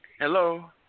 Hello